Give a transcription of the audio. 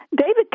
David